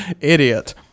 Idiot